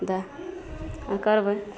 दै हाँ करबै